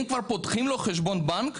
אם כבר פותחים לו חשבון בנק,